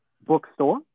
Bookstore